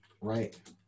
Right